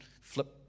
flip